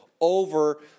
over